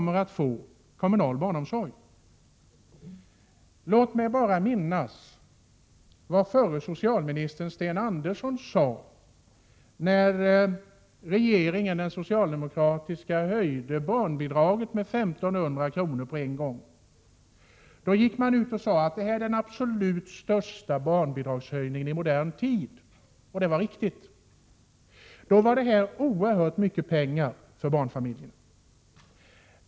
per år på det borgerliga förslaget. Låt mig bara påminna om vad förre socialministern Sten Andersson sade när den socialdemokratiska regeringen höjde barnbidraget med 1 500 kr. på en gång. Han sade då att det var den absolut största barnbidragshöjningen i modern tid, och det var riktigt. Då var det oerhört mycket pengar för barnfamiljerna.